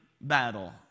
battle